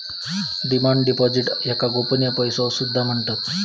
demand deposits याका गोपनीय पैसो सुद्धा म्हणतत